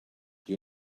you